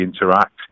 interact